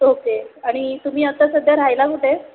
okay आणि तुम्ही आता सध्या राहायला कुठे